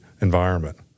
environment